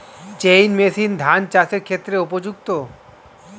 Chain machine ধান চাষের ক্ষেত্রে উপযুক্ত?